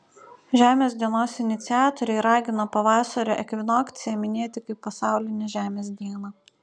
žemės dienos iniciatoriai ragino pavasario ekvinokciją minėti kaip pasaulinę žemės dieną